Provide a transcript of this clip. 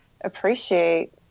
appreciate